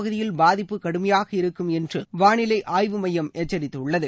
பகுதியில் பாதிப்பு கடுமையாக இருக்கும் என்று வானிலை ஆய்வு மையம் எச்சரித்துள்ளது